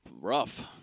rough